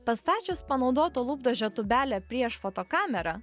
pastačius panaudoto lūpdažio tūbelę prieš fotokamerą